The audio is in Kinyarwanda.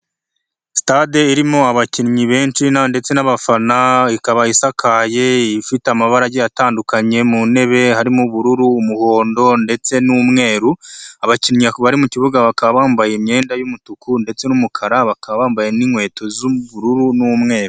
Sitade irimo abakinnyi benshi ndetse n'abafana, ikaba isakaye ifite amabara atandukanye mu ntebe, harimo ubururu umuhondo ndetse n'umweru, abakinnyi bari mu kibuga bakaba bambaye imyenda y'umutuku ndetse n'umukara, bakaba bambaye n'inkweto z'ubururu n'umweru.